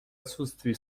отсутствии